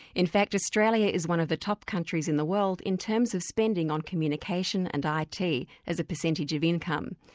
in fact australia is one of the top countries in the world in terms of spending on communication and it as a percentage of income.